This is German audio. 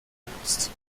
genutzt